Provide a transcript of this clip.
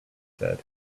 said